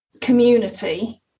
community